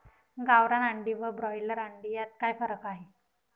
गावरान अंडी व ब्रॉयलर अंडी यात काय फरक आहे?